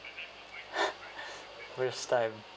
waste time